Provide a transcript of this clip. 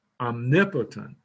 omnipotent